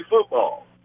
football